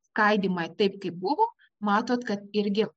skaidymą taip kaip buvo matote kad irgi